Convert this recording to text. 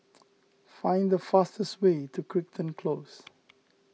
find the fastest way to Crichton Close